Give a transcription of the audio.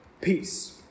peace